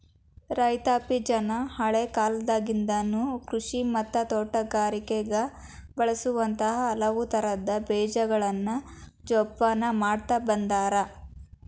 ರೈತಾಪಿಜನ ಹಳೇಕಾಲದಾಗಿಂದನು ಕೃಷಿ ಮತ್ತ ತೋಟಗಾರಿಕೆಗ ಬಳಸುವಂತ ಹಲವುತರದ ಬೇಜಗಳನ್ನ ಜೊಪಾನ ಮಾಡ್ತಾ ಬಂದಾರ